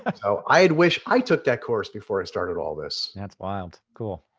and so i and wish i took that course before i started all this. yeah, it's wild. cool.